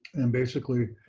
and basically,